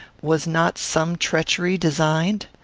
was not some treachery designed?